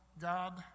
God